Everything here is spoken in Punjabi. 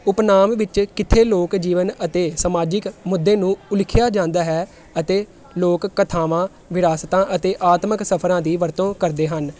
ਉਪਨਾਮ ਵਿੱਚ ਕਿੱਥੇ ਲੋਕ ਜੀਵਨ ਅਤੇ ਸਮਾਜਿਕ ਮੁੱਦੇ ਨੂੰ ਉਲੀਖਿਆ ਜਾਂਦਾ ਹੈ ਅਤੇ ਲੋਕ ਕਥਾਵਾਂ ਵਿਰਾਸਤਾਂ ਅਤੇ ਆਤਮਿਕ ਸਫ਼ਰਾਂ ਦੀ ਵਰਤੋਂ ਕਰਦੇ ਹਨ